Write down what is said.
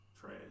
trash